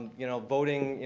you know, voting,